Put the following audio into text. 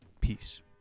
Peace